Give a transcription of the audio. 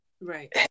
Right